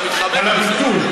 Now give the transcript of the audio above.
אתה מתחמק מזה.